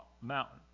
mountain